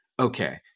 Okay